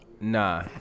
Nah